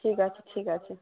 ঠিক আছে ঠিক আছে